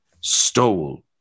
stole